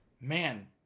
Man